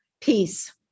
Peace